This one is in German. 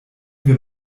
wir